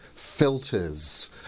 filters